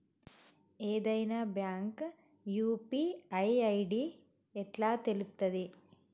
ఏదైనా bank UPI ID ఎట్లా తెలుత్తది?